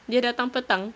dia datang petang